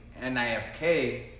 NIFK